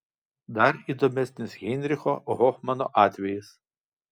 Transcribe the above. dar įdomesnis heinricho hofmano atvejis